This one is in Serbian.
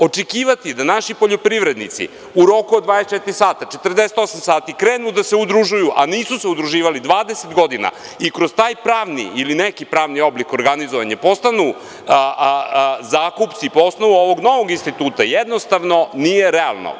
Očekivati je da naši poljoprivredici u roku od 24 sata, 48 sati krenu da se udružuju, a nisu se udruživali 20 godina i kroz taj pravni ili neki pravni oblik organizovanja postanu zakupci po osnovu ovog novog instituta jednostavno nije realno.